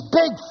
big